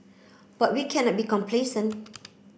but we cannot be complacent